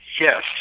Yes